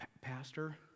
Pastor